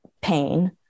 pain